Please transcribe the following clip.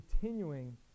continuing